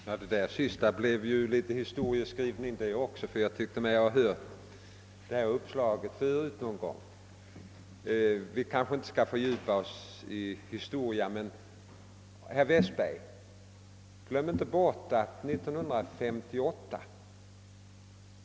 Herr talman! Det sista som fru Jonäng sade blev ju också det litet av historieskrivning. Jag tycker mig nämligen ha hört de uppslag hon talade om någon gång tidigare. Men vi kanske inte skall fördjupa oss i historia. Jag vill dock säga till herr Westberg i Ljusdal: Glöm inte bort 1958!